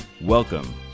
Welcome